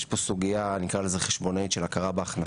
יש פה סוגיה, נקרא לזה חשבונאית, של הכרה בהכנסה,